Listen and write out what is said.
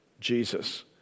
Jesus